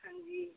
ਹਾਂਜੀ